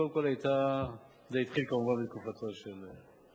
קודם כול, זה התחיל כמובן בתקופתו של,